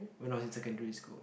when I was in secondary school